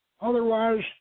otherwise